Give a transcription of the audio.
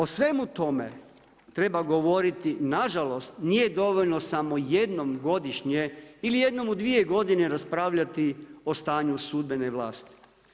O svemu tome treba govoriti, nažalost, nije dovoljno samo jednom godišnje ili jednom u dvije godine raspravljati o stanju sudbene vlasti.